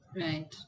right